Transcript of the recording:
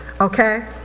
okay